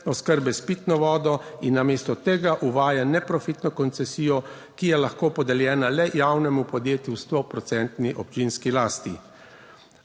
oskrbe s pitno vodo in namesto tega uvaja neprofitno koncesijo. Ki je lahko podeljena le javnemu podjetju v sto procentni občinski lasti.